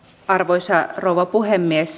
arvoisa rouva puhemies